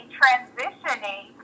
transitioning